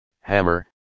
hammer